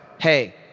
Hey